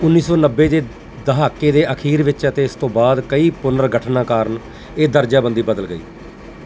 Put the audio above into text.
ਉੱਨੀ ਸੌ ਨੱਬੇ ਦੇ ਦਹਾਕੇ ਦੇ ਅਖੀਰ ਵਿੱਚ ਅਤੇ ਇਸ ਤੋਂ ਬਾਅਦ ਕਈ ਪੁਨਰਗਠਨਾਂ ਕਾਰਨ ਇਹ ਦਰਜਾਬੰਦੀ ਬਦਲ ਗਈ